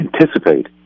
anticipate